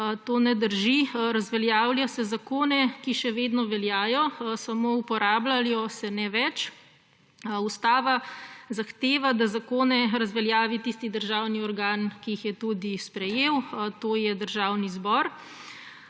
To ne drži. Razveljavljajo se zakoni, ki še vedno veljajo, samo uporabljajo se ne več. Ustava zahteva, da zakone razveljavi tisti državni organ, ki jih je tudi sprejel. To je Državni zbor.